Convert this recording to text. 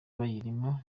bayirimo